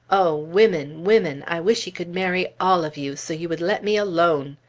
o women women! i wish he could marry all of you, so you would let me alone!